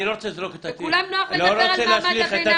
לכולם נוח לדבר על מעמד הביניים.